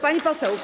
Pani Poseł!